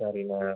சரிண்ணே